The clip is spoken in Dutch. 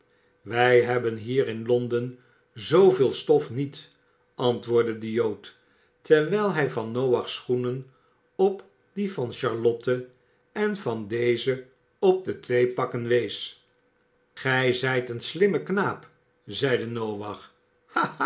wij hebben hier in l o n d e n zooveel stof njet antwoordde de jood terwijl hij van noach's schoenen op die van charlotte en van deze op de twee pakken wees gij zijt een slimme knaap zeide noach